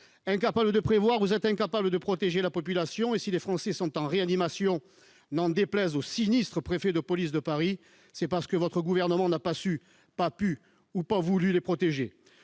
Incapables de prévoir, vous êtes incapables de protéger la population. Si des Français sont en réanimation, n'en déplaise au sinistre préfet de police de Paris, c'est parce que votre gouvernement n'a pas su, pas pu ou pas voulu les protéger